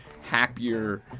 happier